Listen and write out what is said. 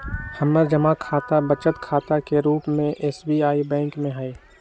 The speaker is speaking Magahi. हमर जमा खता बचत खता के रूप में एस.बी.आई बैंक में हइ